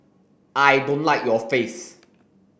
I don't like your face